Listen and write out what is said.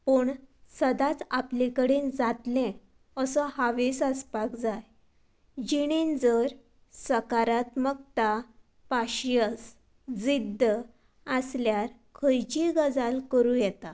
पूण सदांच आपले कडेन जातलें असो हांवेस आसपाक जाय जिणेंत जर सकारात्मकता पाशियेंस जिद्द आसल्यार खंयचीच गजाल करूं येता